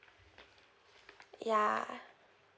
yeah